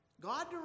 God